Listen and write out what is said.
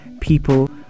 people